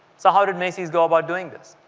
so how did macy's go about doing this?